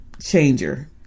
changer